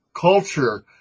culture